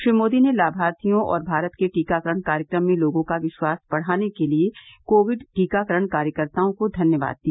श्री मोदी ने लामार्थियों और भारत के टीकाकरण कार्यक्रम में लोगों का विश्वास बढ़ाने के लिए कोविड टीकाकरण कार्यकर्ताओं को धन्यवाद दिया